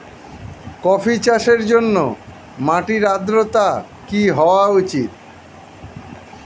Coffee চাষের জন্য মাটির আর্দ্রতা কি হওয়া উচিৎ?